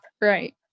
right